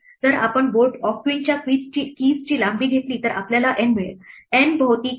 जर आपण board of क्वीनच्या keys ची लांबी घेतली तर आपल्याला n मिळेल